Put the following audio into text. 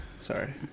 Sorry